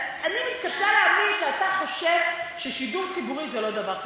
אני מתקשה להאמין שאתה חושב ששידור ציבורי זה לא דבר חשוב.